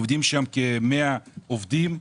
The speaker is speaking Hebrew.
עובדים שם כ-100 עובדים.